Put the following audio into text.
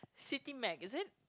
city mag~ is it